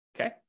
okay